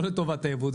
לא לטובת היבוא.